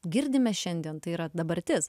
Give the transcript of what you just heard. girdime šiandien tai yra dabartis